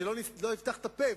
שלא נפתח את הפה,